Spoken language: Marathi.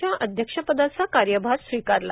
च्या अध्यक्षपदाचा कार्यभार स्वीकारला